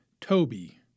Toby